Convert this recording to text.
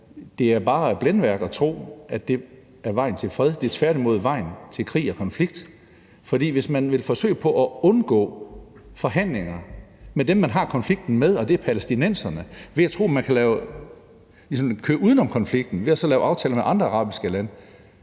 Det er bare blændværk at tro, at det er vejen til fred; det er tværtimod vejen til krig og konflikt. For hvis man vil forsøge på at undgå forhandlinger med dem, man har konflikten med, og det er palæstinenserne, ved sådan at køre uden om konflikten ved så at lave aftaler med andre arabiske lande,